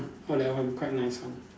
!wah! that one quite nice one